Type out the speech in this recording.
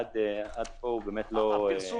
עד כה, לא היה בו בשר.